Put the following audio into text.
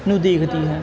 ਨੂੰ ਦੇਖਦੀ ਹੈ